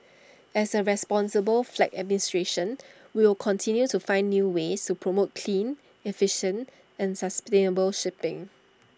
as A responsible flag administration we will continue to find new ways to promote clean efficient and sustainable shipping